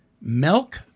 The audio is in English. milk